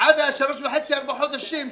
עד השלושה וחצי-ארבעה חודשים,